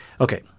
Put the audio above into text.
Okay